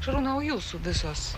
šarūnai o jūsų visos